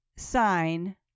sign